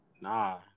Nah